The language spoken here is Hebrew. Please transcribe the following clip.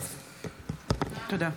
תודה.